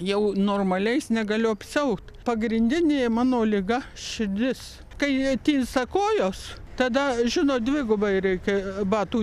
jau normaliais negaliu apsiaut pagrindinė mano liga širdis kai jie tinsta kojos tada žinot dvigubai reikia batų